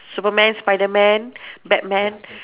superman spider man batman